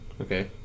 okay